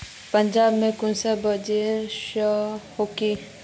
पंजाब में कुंसम भेज सकोही?